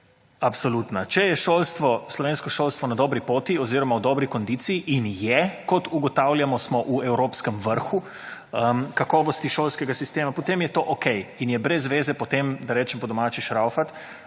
absolutna. Če je šolstvo, slovensko šolstvo, na dobri poti oziroma v dobri kondiciji in je, kot ugotavljamo, smo v evropskem vrhu, kakovosti šolskega sistema, potem je to okej in je brez veze potem, da rečem po domače, »šraufat«,